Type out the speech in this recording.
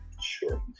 Sure